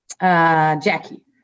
Jackie